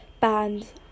bands